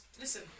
listen